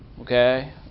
okay